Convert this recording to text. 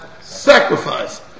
sacrifice